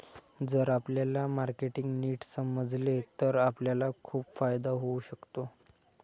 जर आपल्याला मार्केटिंग नीट समजले तर आपल्याला खूप फायदा होऊ शकतो